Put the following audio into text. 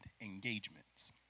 engagements